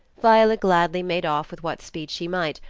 viola gladly made off with what speed she might,